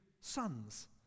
sons